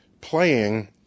playing